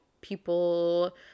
people